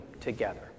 together